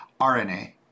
RNA